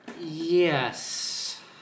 Yes